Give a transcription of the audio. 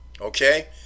Okay